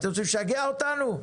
אתם רוצים לשגע אותנו?